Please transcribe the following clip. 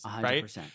Right